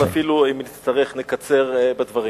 ואם תצטרך אפילו נקצר בדברים,